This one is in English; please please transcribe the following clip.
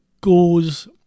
goes